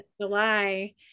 July